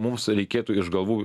mums reikėtų iš galvų